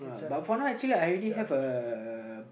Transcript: but for now actually I already have uh